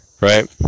Right